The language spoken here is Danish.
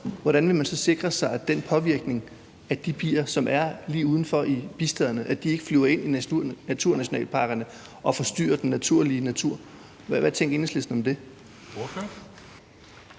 Hvordan vil man så sikre sig, at de bier, der er lige uden for i bistaderne, ikke flyver ind i naturnationalparkerne og forstyrrer den naturlige natur? Hvad tænker Enhedslisten om det?